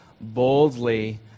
boldly